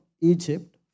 Egypt